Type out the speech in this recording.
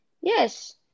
Yes